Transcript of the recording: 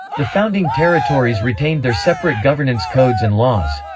the founding territories retained their separate governance codes and laws.